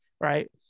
Right